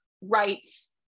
rights